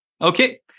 Okay